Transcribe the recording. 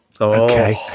Okay